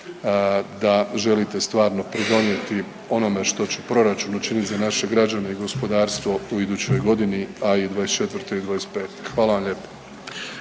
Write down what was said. da želite stvarno pridonijeti onome što će proračun učinit za naše građane i gospodarstvo u idućoj godini, a i '24. i '25. Hvala vam lijepa.